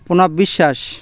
Pranab Biswas